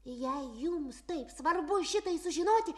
jei jums taip svarbu šitai sužinoti